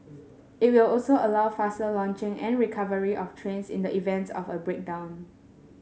it will also allow faster launching and recovery of trains in the events of a breakdown